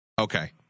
Okay